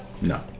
No